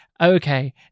Okay